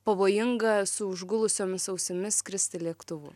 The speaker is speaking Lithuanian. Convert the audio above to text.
pavojinga su užgulusiomis ausimis skristi lėktuvu